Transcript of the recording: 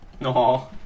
no